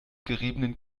geriebenem